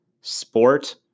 sport